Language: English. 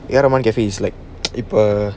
ar rahman cafe like is a இப்ப:ipa